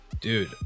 Dude